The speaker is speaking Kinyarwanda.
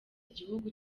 gihugu